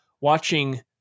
watching